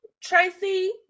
tracy